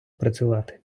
працювати